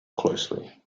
closely